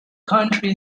county